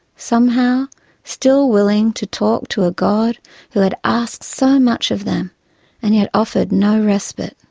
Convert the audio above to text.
somehow still willing to talk to a god who had asked so much of them and yet offered no respite.